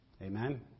Amen